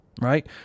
right